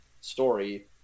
story